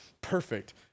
Perfect